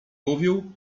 mówił